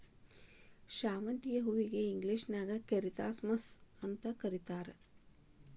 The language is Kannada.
ಶಾವಂತಿಗಿ ಹೂವನ್ನ ಇಂಗ್ಲೇಷನ್ಯಾಗ ಕ್ರೈಸಾಂಥೆಮಮ್ಸ್ ಅಂತ ಕರೇತಾರ